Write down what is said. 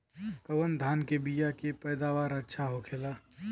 कवन धान के बीया के पैदावार अच्छा होखेला?